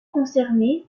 concernés